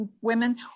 women